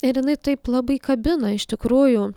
ir jinai taip labai kabina iš tikrųjų